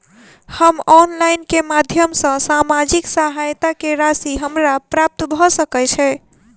हम ऑनलाइन केँ माध्यम सँ सामाजिक सहायता केँ राशि हमरा प्राप्त भऽ सकै छै?